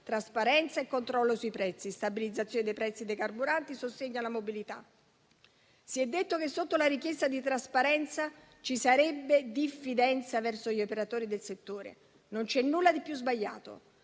trasparenza e controllo sui prezzi, stabilizzazione dei prezzi dei carburanti, sostegno alla mobilità. Si è detto che sotto la richiesta di trasparenza ci sarebbe diffidenza verso gli operatori del settore: non c'è nulla di più sbagliato.